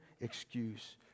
excuse